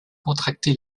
contracté